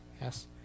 Yes